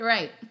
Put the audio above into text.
Right